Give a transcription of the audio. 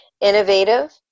Innovative